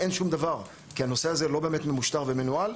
אין שום דבר כי הנושא הזה לא באמת ממושטר ומנוהל,